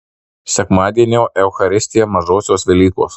sekmadienio eucharistija mažosios velykos